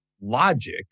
logic